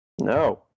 No